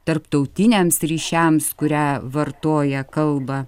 tarptautiniams ryšiams kurią vartoja kalbą